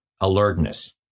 alertness